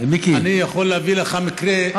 אני יכול להביא לך מקרה,